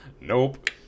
Nope